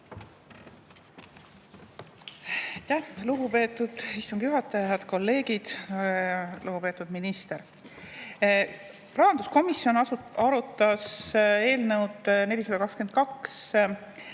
lugupeetud istungi juhataja! Head kolleegid! Lugupeetud minister! Rahanduskomisjon arutas eelnõu 422